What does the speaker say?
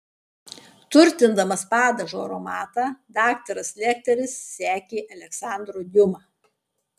turtindamas padažo aromatą daktaras lekteris sekė aleksandru diuma